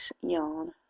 Yarn